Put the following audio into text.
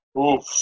Oof